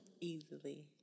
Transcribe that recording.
Easily